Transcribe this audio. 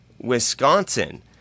Wisconsin